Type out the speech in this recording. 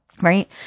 right